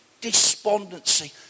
despondency